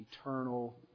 eternal